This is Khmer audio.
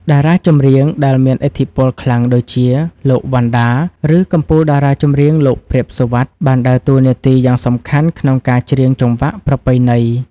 តារាចម្រៀងដែលមានឥទ្ធិពលខ្លាំងដូចជា លោក វណ្ណដា ឬកំពូលតារាចម្រៀង លោក ព្រាប សុវត្ថិ បានដើរតួនាទីយ៉ាងសំខាន់ក្នុងការច្រៀងចង្វាក់ប្រពៃណី។